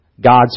God's